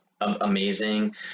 Amazing